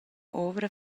ovra